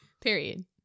Period